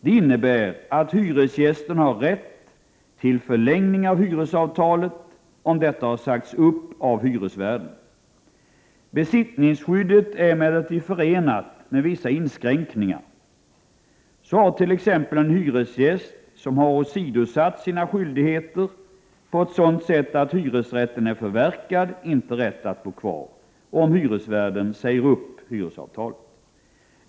Detta innebär att hyresgästen har rätt till förlängning av hyresavtalet, om detta har sagts upp av hyresvärden. Besittningsskyddet är emellertid förenat med vissa inskränkningar. Så har t.ex. en hyresgäst som har åsidosatt sina skyldigheter på ett sådant sätt att hyresrätten är förverkad inte rätt att bo kvar, om hyresvärden säger upp hyresavtalet.